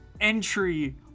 entry